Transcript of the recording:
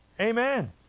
Amen